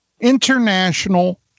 international